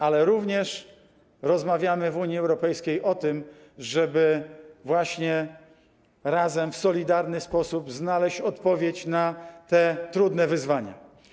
Ale również rozmawiamy w Unii Europejskiej o tym, żeby właśnie razem, w solidarny sposób znaleźć odpowiedź na te trudne wyzwania.